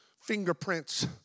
fingerprints